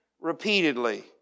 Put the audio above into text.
repeatedly